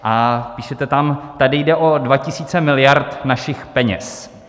A píšete tam: Tady jde o 2 tisíce miliard našich peněz.